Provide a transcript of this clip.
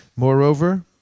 Moreover